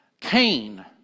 Cain